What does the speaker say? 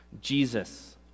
jesus